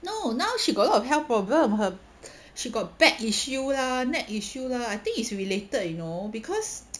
no now she got lot of health problem her she got back issue lah neck issue lah I think it's related you know because